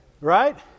right